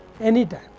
anytime